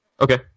Okay